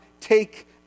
take